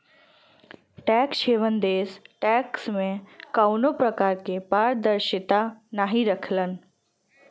tax haven देश tax में कउनो प्रकार क पारदर्शिता नाहीं रखलन